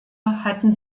hatten